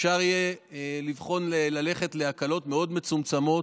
אפשר יהיה לבחון ללכת להקלות מאוד מצומצמות.